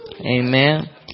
Amen